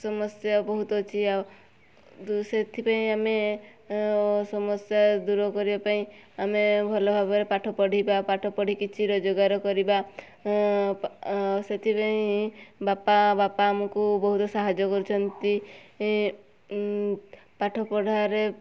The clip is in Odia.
ସମସ୍ୟା ବହୁତ ଅଛି ଆଉ ଯୋଉ ସେଥିପାଇଁ ଆମେ ସମସ୍ୟା ଦୂର କରିବା ପାଇଁ ଆମେ ଭଲ ଭାବରେ ପାଠ ପଢ଼ିବା ପାଠ ପଢ଼ି କିଛି ରୋଜଗାର କରିବା ସେଥିପାଇଁ ବାପା ବାପା ଆମକୁ ବହୁତ ସାହାଯ୍ୟ କରିଛନ୍ତି ପାଠ ପଢ଼ାରେ